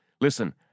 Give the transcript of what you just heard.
Listen